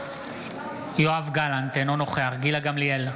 נוכח יואב גלנט, אינו נוכח גילה גמליאל,